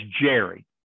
Jerry